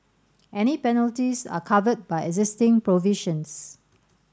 any penalties are covered by existing provisions